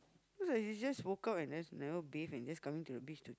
looks like she just woke up and then never bathe and then just coming to the beach to